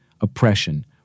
oppression